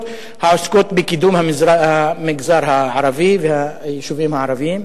העוסקות בקידום המגזר הערבי והיישובים הערביים.